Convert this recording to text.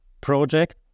project